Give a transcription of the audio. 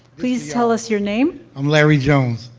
please tell us your name. i'm larry jones.